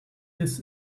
this